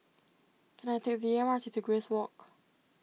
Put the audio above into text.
can I take the M R T to Grace Walk